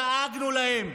דאגנו להם,